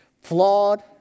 Flawed